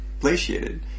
glaciated